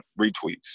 retweets